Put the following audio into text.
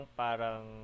parang